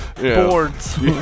Boards